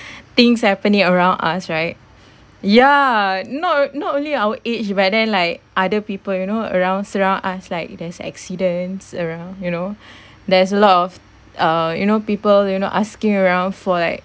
things happening around us right ya no not only our age but then like other people you know around surround us like there's accidents around you know there's a lot of uh you know people you know asking around for like